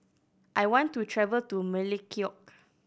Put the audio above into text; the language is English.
I want to travel to Melekeok